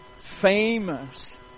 famous